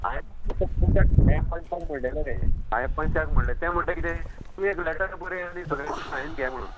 हांवें पंचाक हांवें पंचाक म्हणलें ना रे आय पंचाक म्हणलें ते म्हणटा किदें तुमी एक लेटर बरें आनी सगळ्यांची सायन घे म्हणून